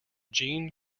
jeanne